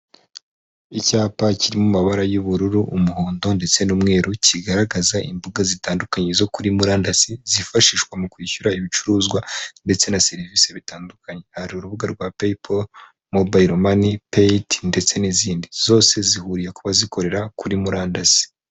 Icyapa kiri mu mabara y'ubururu, umuhondo, ndetse n'umweru kigaragaza imbuga zitandukanye zo kuri murandasi zifashishwa mu kwishyura ibicuruzwa, ndetse na serivisi zitandukanye. Hari urubuga rwa peyipo, mobayiromani, peyiti, ndetse n'izindi. Zose zihuriye kuba zikorera kuri murandasi.